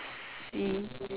see